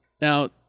Now